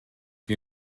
you